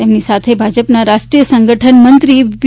તેમની સાથે ભાજપના રાષ્ટ્રીય સંગઠન મંત્રી વી